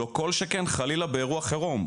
לא כל שכן חלילה באירוע חירום,